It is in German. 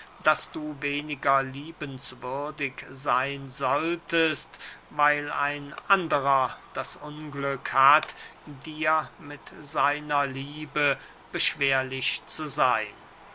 daß du weniger liebenswürdig seyn solltest weil ein anderer das unglück hat dir mit seiner liebe beschwerlich zu seyn